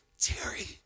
Terry